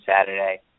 Saturday